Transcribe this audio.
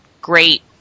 great